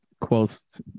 quotes